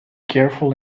careful